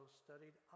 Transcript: studied